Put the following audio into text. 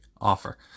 offer